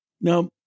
Now